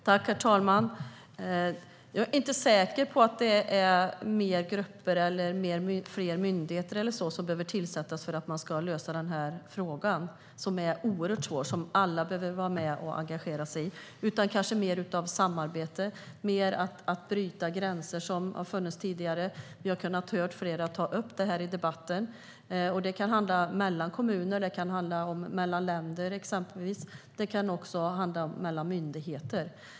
Herr talman! Jag är inte säker på att det är fler grupper eller myndigheter som behöver tillsättas för att man ska lösa den här frågan, som är oerhört svår och som alla behöver vara med och engagera sig i. Det kanske handlar om mer av samarbete och mer om att bryta gränser, vilket vi har hört flera ta upp i debatten. Det kan handla om gränser mellan kommuner eller mellan länder, exempelvis. Det kan också handla om gränser mellan myndigheter.